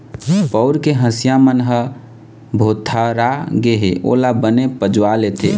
पउर के हँसिया मन ह भोथरा गे हे ओला बने पजवा लेते